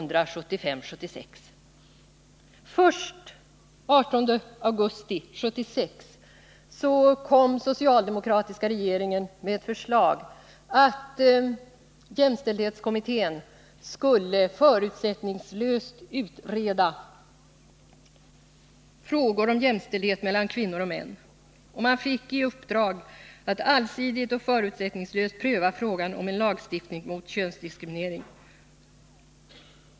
Först den 18 augusti 1976 lade den socialdemokratiska regeringen fram ett förslag att jämställdhetskommittén skulle förutsättningslöst utreda frågor om jämställdhet mellan kvinnor och män, och den fick i uppdrag att allsidigt och förutsättningslöst pröva frågan om en lagstiftning mot könsdiskriminering.